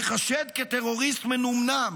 ייחשד כטרוריסט מנומנם,